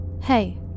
Hey